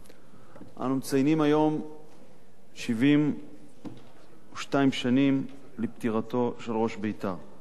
אנו מציינים היום 72 שנים לפטירתו של ראש בית"ר.